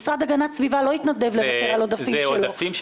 כי הרי המשרד להגנת הסביבה לא יתנדב לוותר על עודפים שלו.